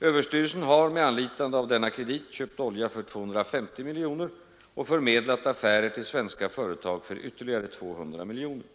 Översty relsen har med anlitande av denna kredit köpt olja för 250 miljoner kronor och förmedlat affärer till svenska företag för ytterligare 200 miljoner kronor.